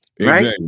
Right